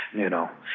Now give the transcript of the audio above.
you know,